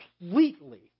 Completely